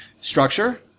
structure